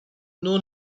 know